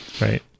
Right